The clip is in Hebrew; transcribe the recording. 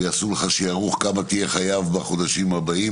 ויעשו לך שערוך כמה תהיה חייב בחודשים הבאים